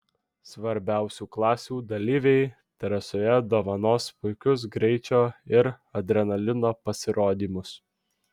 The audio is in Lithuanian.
svarbiausių klasių dalyviai trasoje dovanos puikius greičio ir adrenalino pasirodymus